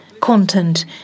content